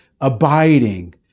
abiding